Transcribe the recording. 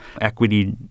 Equity